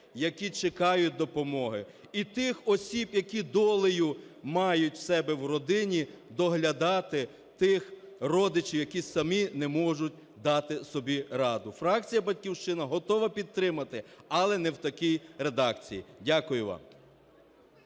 які чекають допомоги. І тих осіб, які долею мають у себе в родині доглядати тих родичів, які самі не можуть дати собі раду. Фракція "Батьківщина" готова підтримати, але не в такій редакції. Дякую вам.